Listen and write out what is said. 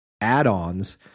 add-ons